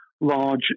large